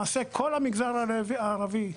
כל המגזר הערבי,